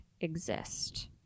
exist